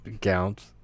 Counts